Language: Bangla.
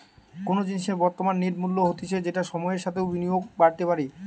কোনো জিনিসের বর্তমান নেট মূল্য হতিছে যেটা সময়ের সাথেও বিনিয়োগে বাড়তে পারে